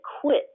quit